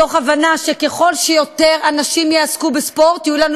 מתוך הבנה שככל שיותר אנשים יעסקו בספורט יהיו לנו